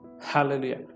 Hallelujah